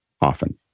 often